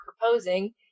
proposing